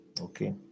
okay